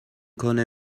کنه